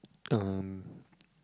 um